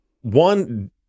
one